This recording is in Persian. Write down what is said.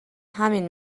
همین